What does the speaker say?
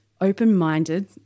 open-minded